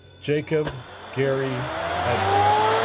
jacob gary edwards